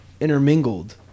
intermingled